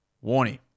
warning